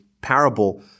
parable